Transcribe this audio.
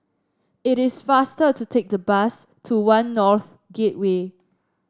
it is faster to take the bus to One North Gateway